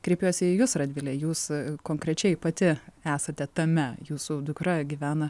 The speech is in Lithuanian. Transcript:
kreipiuosi į jus radvile jūs konkrečiai pati esate tame jūsų dukra gyvena